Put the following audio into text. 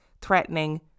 threatening